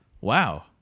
Wow